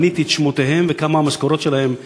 ומניתי את שמותיהם וכמה המשכורות שלהם,